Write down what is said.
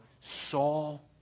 Saul